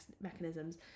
mechanisms